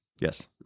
Yes